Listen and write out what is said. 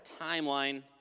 timeline